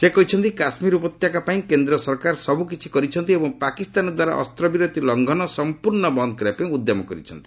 ସେ କହିଛନ୍ତି କାଶ୍କୀର ଉପତ୍ୟକା ପାଇଁ କେନ୍ଦ୍ର ସରକାର ସବୁକିଛି କରିଛନ୍ତି ଏବଂ ପାକିସ୍ତାନଦ୍ୱାରା ଅସ୍ତ୍ରବିରତି ଲଙ୍ଘନ ସମ୍ପୂର୍ଣ୍ଣ ବନ୍ଦ୍ କରିବାପାଇଁ ଉଦ୍ୟମ କରିଛନ୍ତି